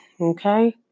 okay